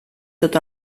tot